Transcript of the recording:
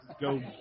go